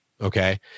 Okay